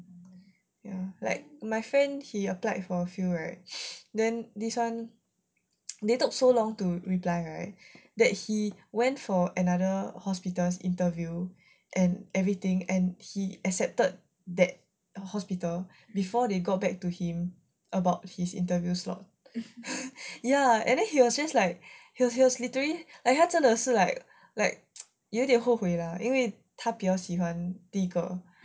ya like my friend he applied for a few right then this [one] they took so long to reply right that he went for another hospital's interview and everything and he accepted that hospital before they got back to him about his interview slot ya and then he was just like he was literally like 他真的是 like like 有点后悔 lah 因为他比较喜欢第一个